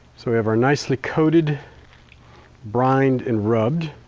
so i have our nicely coated brined and rubbed,